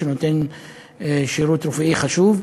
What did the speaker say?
שנותן שירות רפואי חשוב.